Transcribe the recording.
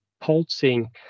pulsing